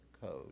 code